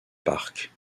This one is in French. parc